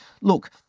look